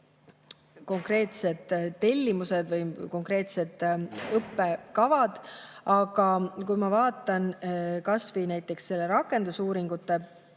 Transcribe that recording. konkreetsed tellimused või konkreetsed õppekavad. Aga kui ma vaatan kas või rakendusuuringute